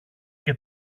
και